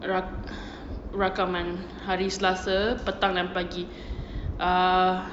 rakaman hari selasa petang dan pagi err